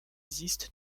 existe